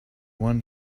one